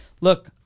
look